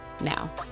now